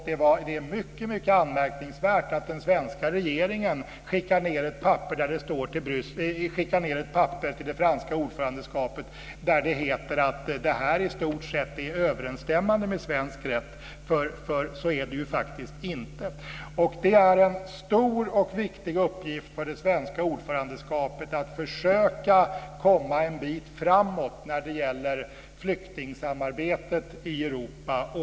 Det är mycket anmärkningsvärt att den svenska regeringen skickar ett papper till ordförandelandet Frankrike där det heter att detta i stort sett överensstämmer med svensk rätt. Så är det ju faktiskt inte. Det är en stor och viktig uppgift för Sverige som ordförandeland att försöka komma en bit framåt när det gäller flyktingsamarbetet i Europa.